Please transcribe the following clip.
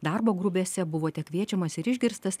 darbo grupėse buvote kviečiamas ir išgirstas